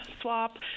swap